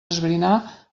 esbrinar